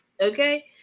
okay